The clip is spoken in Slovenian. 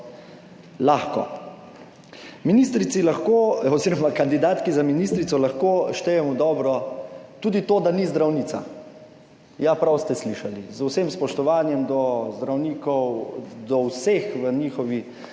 oziroma kandidatki za ministrico lahko štejem v dobro tudi to, da ni zdravnica. Ja, prav ste slišali. Z vsem spoštovanjem do zdravnikov, do vseh v njihovi,